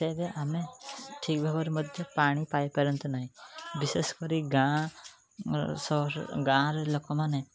ତେବେ ଆମେ ଠିକ୍ ଭାବରେ ମଧ୍ୟ ପାଣି ପାଇପାରନ୍ତେ ନାହିଁ ବିଶେଷ କରି ଗାଁ ସହର ଗାଁରେ ଲୋକମାନେ